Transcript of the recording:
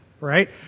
right